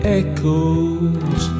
echoes